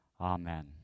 Amen